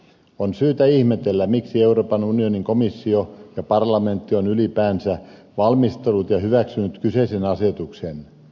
on syytä ihmetellä miksi euroopan unionin komissio ja parlamentti ovat ylipäänsä valmistelleet ja hyväksyneet kyseisen asetuksen